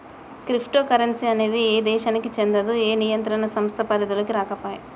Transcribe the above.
crypto currency అనేది ఏ దేశానికీ చెందదు, ఏ నియంత్రణ సంస్థ పరిధిలోకీ రాకపాయే